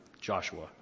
Joshua